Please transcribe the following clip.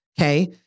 Okay